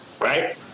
right